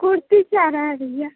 कुर्ती चाह रहा है भैया